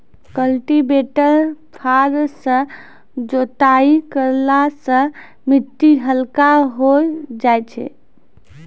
cultivator फार सँ जोताई करला सें मिट्टी हल्का होय जाय छै